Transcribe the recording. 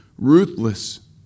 ruthless